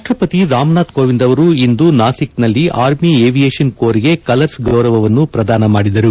ರಾಷ್ಟ ಪತಿ ರಾಮನಾಥ್ ಕೋವಿಂದ್ ಅವರು ಇಂದು ನಾಸಿಕ್ನಲ್ಲಿ ಆರ್ಮಿ ಏವಿಯೇಶನ್ ಕೋರ್ಗೆ ಕಲರ್ಸ್ ಗೌರವವನ್ನು ಪ್ರದಾನ ಮಾಡಿದರು